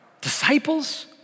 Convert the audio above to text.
Disciples